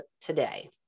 today